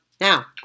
now